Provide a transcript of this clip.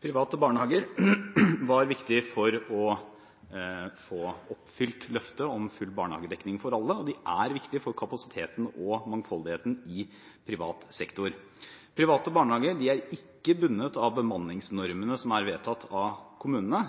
Private barnehager var viktig for å få oppfylt løftet om full barnehagedekning for alle, og de er viktige for kapasiteten og mangfoldigheten i privat sektor. Private barnehager er ikke bundet av bemanningsnormene som er vedtatt av kommunene,